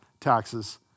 taxes